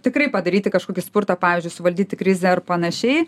tikrai padaryti kažkokį spurtą pavyzdžiui suvaldyti krizę ir panašiai